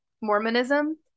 Mormonism